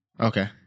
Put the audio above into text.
Okay